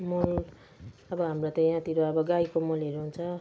म अब हाम्रो त यहाँतिर अब गाईको मलहरू हुन्छ